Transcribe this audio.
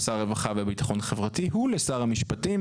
לשר הרווחה והביטחון החברתי ולשר המשפטים,